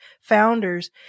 founders